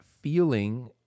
feeling